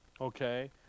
Okay